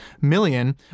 million